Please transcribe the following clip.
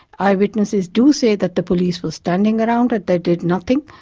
eyewitnesses do say that the police were standing around and they did nothing.